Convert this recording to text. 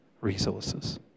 resources